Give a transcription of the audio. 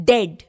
Dead